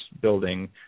building